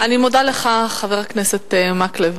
אני מודה לך, חבר הכנסת מקלב.